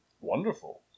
wonderful